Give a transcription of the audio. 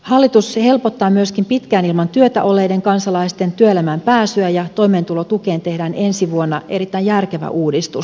hallitus helpottaa myöskin pitkään ilman työtä olleiden kansalaisten työelämään pääsyä ja toimeentulotukeen tehdään ensi vuonna erittäin järkevä uudistus